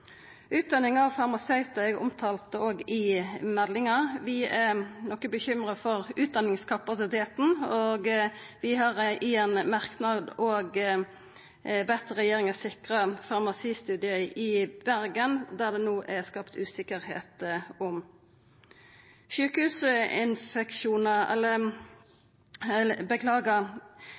Utdanninga av farmasøytar er òg omtalt i meldinga. Vi er noko bekymra for utdanningskapasiteten, og vi har i ein merknad bedt regjeringa sikra farmasistudiet i Bergen, som det no er skapt usikkerheit om.